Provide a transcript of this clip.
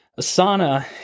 Asana